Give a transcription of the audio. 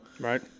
right